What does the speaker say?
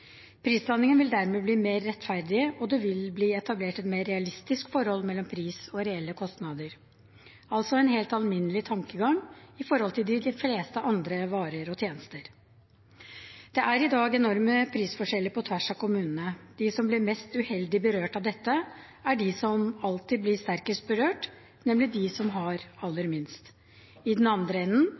Prisdanningen vil dermed bli mer rettferdig og det vil bli etablert et mer realistisk forhold mellom pris og reelle kostnader, altså en helt alminnelig tankegang, som for de fleste andre varer og tjenester. Det er i dag enorme prisforskjeller på tvers av kommunene. De som blir mest uheldig berørt av dette, er de som alltid blir sterkest berørt, nemlig de som har aller minst. I den andre enden